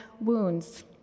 wounds